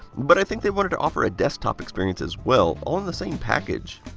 but i think they wanted to offer a desktop experience as well, all in the same package.